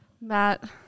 matt